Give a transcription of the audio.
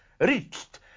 reached